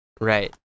Right